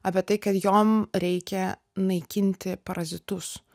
apie tai kad jom reikia naikinti parazitus